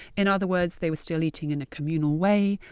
in other words, they were still eating in a communal way,